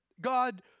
God